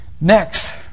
Next